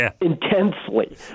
intensely